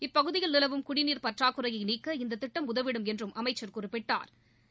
இப்பகுதியில் நிலவும் குடிநீர் பற்றாக்குறையை நீக்க இந்த திட்டம் உதவிடும் என்றும் அமைச்சர் குறிப்பிட்டா்